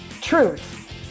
Truth